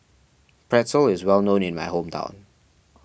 Pretzel is well known in my hometown